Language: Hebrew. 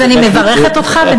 אז אני מברכת אותך.